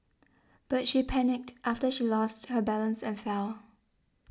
but she panicked after she lost her balance and fell